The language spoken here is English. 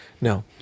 No